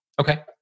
Okay